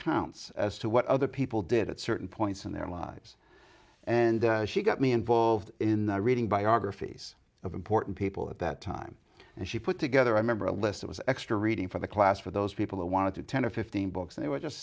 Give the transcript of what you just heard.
accounts as to what other people did at certain points in their lives and she got me involved in reading biographies of important people at that time and she put together i remember a lesson was extra reading for the class for those people who wanted to ten or fifteen books and they were just